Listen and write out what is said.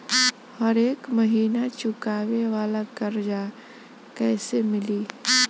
हरेक महिना चुकावे वाला कर्जा कैसे मिली?